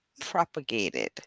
propagated